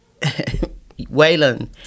Waylon